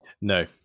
No